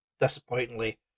disappointingly